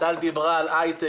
טל אוחנה דיברה על הייטק.